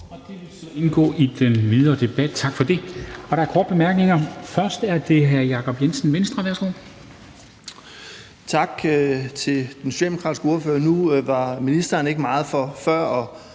vil indgå i den videre debat. Tak for det. Der er korte bemærkninger. Først er det hr. Jacob Jensen, Venstre. Værsgo. Kl. 13:58 Jacob Jensen (V): Tak til den socialdemokratiske ordfører. Før var ministeren ikke meget for at